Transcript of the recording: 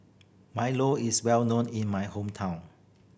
milo is well known in my hometown